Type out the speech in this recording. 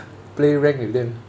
play rank with them